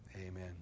Amen